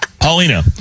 Paulina